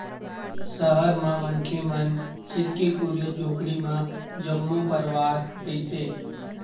सहर म मनखे मन छितकी कुरिया झोपड़ी म जम्मो परवार रहिथे